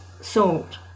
salt